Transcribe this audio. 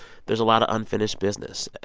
there's a lot of unfinished business.